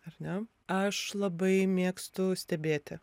ar ne aš labai mėgstu stebėti